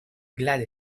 glad